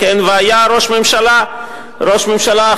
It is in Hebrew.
והיה ראש ממשלה אחר,